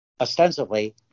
ostensibly